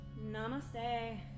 namaste